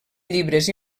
llibres